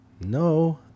no